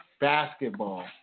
basketball